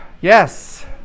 yes